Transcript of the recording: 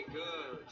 good